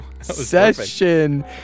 Session